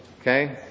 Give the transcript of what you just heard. Okay